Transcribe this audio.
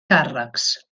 càrrecs